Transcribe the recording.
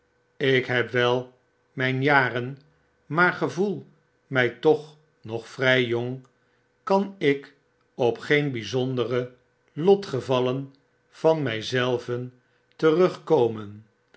ik heb wel myn jaren maar gevoel mij toch nog vrij jong kan ik op geen bijzondere lotgevallen van my zelven terugkomen